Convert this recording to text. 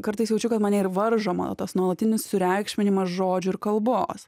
kartais jaučiu kad mane ir varžo mano tas nuolatinis sureikšminimas žodžių ir kalbos